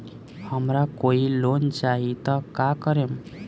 हमरा कोई लोन चाही त का करेम?